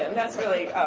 and that's really